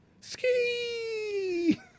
Ski